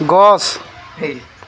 গছ